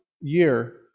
year